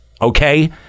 Okay